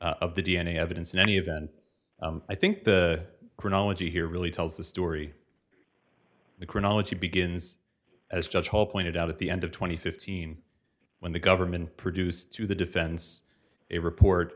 of the d n a evidence in any event i think the chronology here really tells the story the chronology begins as judge hall pointed out at the end of two thousand and fifteen when the government produced to the defense a report